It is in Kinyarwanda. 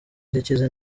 yakize